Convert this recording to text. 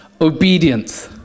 obedience